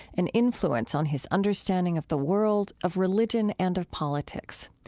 an influence on his understanding of the world, of religion, and of politics.